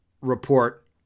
report